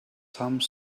some